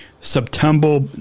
September